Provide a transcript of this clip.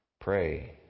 Pray